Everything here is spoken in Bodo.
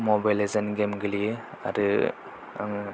मबाइल लेजेन्ड गेम गेलेयो आरो आङो